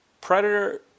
Predator